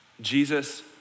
Jesus